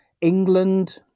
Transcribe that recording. England